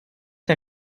der